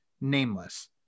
nameless